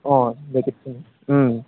অঁ